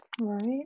right